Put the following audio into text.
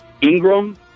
Ingram